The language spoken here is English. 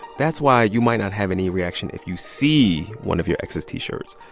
that's why you might not have any reaction if you see one of your ex's t-shirts.